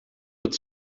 het